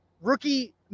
Rookie